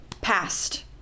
past